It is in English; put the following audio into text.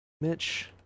mitch